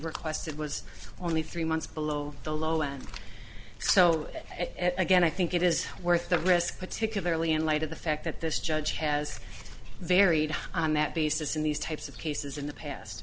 requested was only three months below the low end so again i think it is worth the risk particularly in light of the fact that this judge has varied on that basis in these types of cases in the past